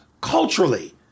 culturally